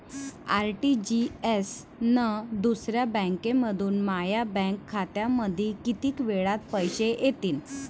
RTGS न दुसऱ्या बँकेमंधून माया बँक खात्यामंधी कितीक वेळातं पैसे येतीनं?